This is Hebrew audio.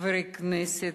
חברי הכנסת,